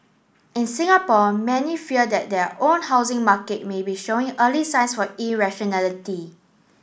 in Singapore many fear that their own housing market may be showing early signs for irrationality